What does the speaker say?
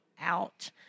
out